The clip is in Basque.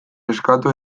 eskatu